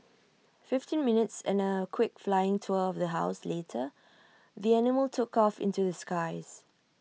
fifteen minutes and A quick flying tour of the house later the animal took off into the skies